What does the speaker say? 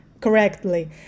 correctly